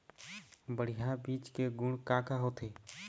बढ़िया बीज के गुण का का होथे?